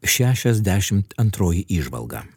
šešiasdešim antroji įžvalga